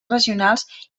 regionals